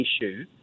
issue